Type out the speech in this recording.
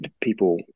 people